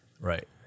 Right